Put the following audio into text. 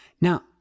Now